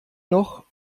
noch